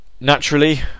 naturally